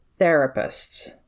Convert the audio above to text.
therapists